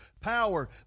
Power